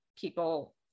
people